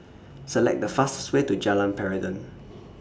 Select The fastest Way to Jalan Peradun